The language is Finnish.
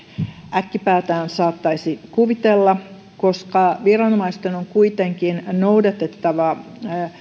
äkkipäätään saattaisi kuvitella koska viranomaisten on kuitenkin noudatettava